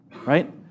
right